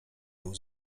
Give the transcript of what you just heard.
był